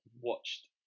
watched